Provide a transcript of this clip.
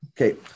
Okay